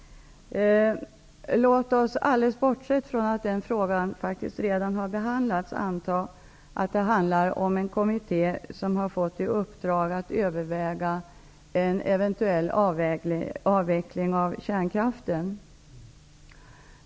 Låt oss, bortsett från att frågan redan har behandlats, anta att det handlar om en kommitté som har fått i uppdrag att överväga en eventuell avveckling av kärnkraften.